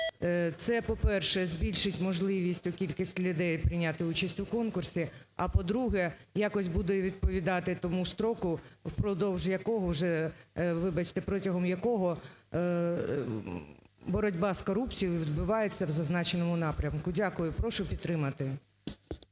Це, по-перше, збільшить можливість… кількість людей прийняти участь у конкурсі, а по-друге, якось буде відповідати тому строку, впродовж якого вже… вибачте, протягом якого боротьба з корупцією відбувається в зазначеному напрямку. Дякую і прошу підтримати.